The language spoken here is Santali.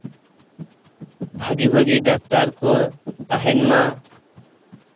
ᱵᱷᱟᱹᱜᱤ ᱵᱷᱟᱹᱜᱤ ᱰᱟᱠᱛᱟᱨ ᱠᱚ ᱛᱟᱦᱮᱱ ᱢᱟ